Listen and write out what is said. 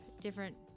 different